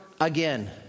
again